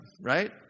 right